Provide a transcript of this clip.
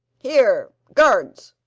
here, guards!